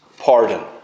pardon